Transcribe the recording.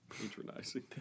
Patronizing